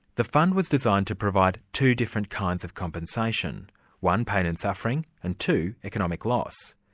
the fund was designed to provide two different kinds of compensation one, pain and suffering and two, economic loss.